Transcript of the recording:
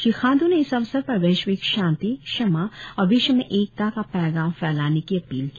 श्री खांड्र ने इस अवसर पर वेश्विक शांति क्षमा और विश्व में एकता का पैगाम फैलाने की अपील की